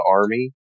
Army